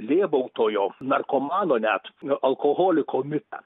lėbautojo narkomano net alkoholiko mitą